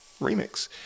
remix